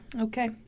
Okay